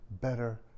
better